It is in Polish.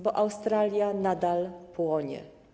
Bo Australia nadal płonie.